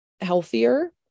healthier